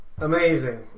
Amazing